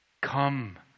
come